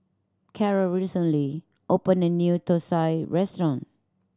Carrol recently opened a new thosai restaurant